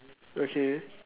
okay